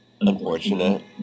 unfortunate